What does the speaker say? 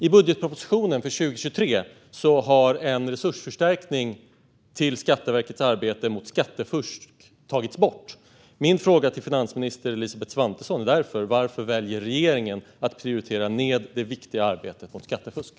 I budgetpropositionen för 2023 har en resursförstärkning till Skatteverkets arbete mot skattefusk tagits bort. Min fråga till finansminister Elisabeth Svantesson är därför: Varför väljer regeringen att prioritera ned det viktiga arbetet mot skattefusk?